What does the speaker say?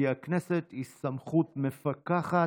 כי הכנסת היא סמכות מפקחת,